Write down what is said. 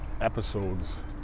episodes